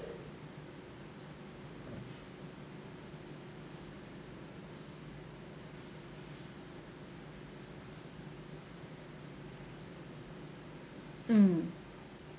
mm